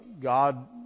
God